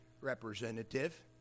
representative